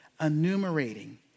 enumerating